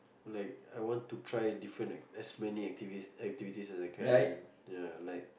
like I want to try different as many activities activities that I can like